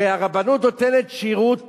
הרי הרבנות נותנת שירות